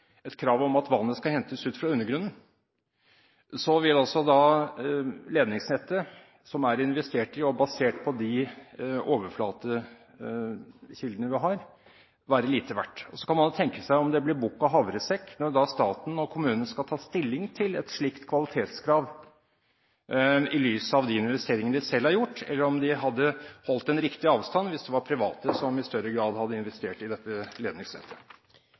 et krav om at vannet skal hentes fra grunnen, vil ledningsnettet som det er investert i, og som er basert på de overflatekildene vi har, være lite verdt. Så kan man da tenke over om det blir bukk og havresekk når staten og kommunen skal ta stilling til et slikt kvalitetskrav i lys av de investeringene de selv har gjort, eller om de hadde holdt en riktig avstand hvis det var private som i større grad hadde investert i dette